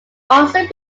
also